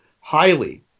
highly